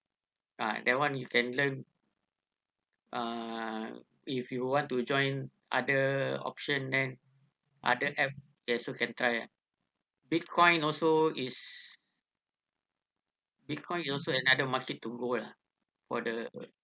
ah that one you can learn uh if you want to join other option then other app you also can try ah bitcoin also is bitcoin is also another market to go lah for the